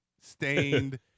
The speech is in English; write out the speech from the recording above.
stained